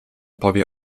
powie